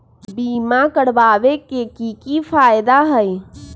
बीमा करबाबे के कि कि फायदा हई?